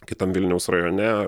kitam vilniaus rajone